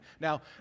Now